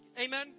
amen